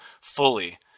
fully